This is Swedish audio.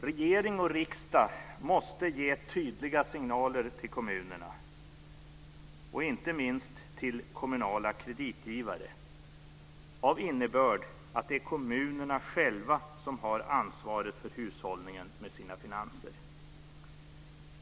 Regering och riksdag måste ge tydliga signaler till kommunerna, inte minst till kommunala kreditgivare, med innebörden att det är kommunerna själva som har ansvaret för hushållningen med sina finanser.